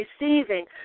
receiving